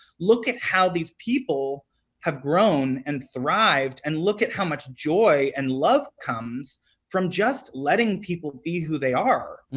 look at how these people have grown and thrived and look at how much joy and love comes from just letting people be who they are.